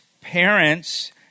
parents